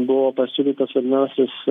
buvo pasiūlytas vadinamasis